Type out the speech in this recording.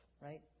right